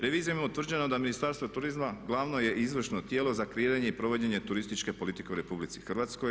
Revizijom je utvrđeno da Ministarstvo turizma glavno je i izvršno tijelo za kreiranje i provođenje turističke politike u RH.